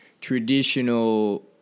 traditional